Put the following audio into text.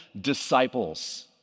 disciples